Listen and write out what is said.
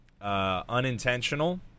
unintentional